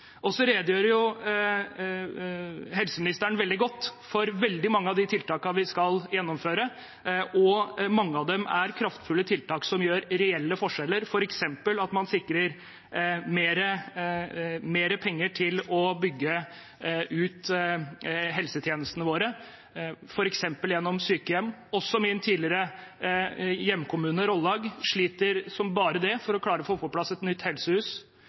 helseministeren veldig godt for veldig mange av de tiltakene vi skal gjennomføre. Mange av dem er kraftfulle tiltak som gjør reelle forskjeller, f.eks. at man sikrer mer penger til å bygge ut helsetjenestene våre, f.eks. gjennom sykehjem. Også min tidligere hjemkommune, Rollag, sliter som bare det for å klare å få på plass et nytt helsehus.